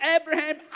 Abraham